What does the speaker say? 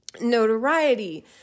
notoriety